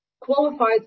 qualified